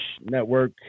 network